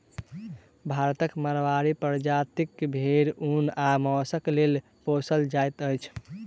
भारतक माड़वाड़ी प्रजातिक भेंड़ ऊन आ मौंसक लेल पोसल जाइत अछि